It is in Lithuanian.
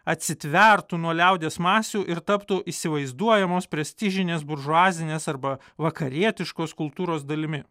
atsitvertų nuo liaudies masių ir taptų įsivaizduojamos prestižinės buržuazinės arba vakarietiškos kultūros dalimi